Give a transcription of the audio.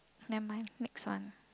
never mind next one